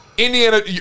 Indiana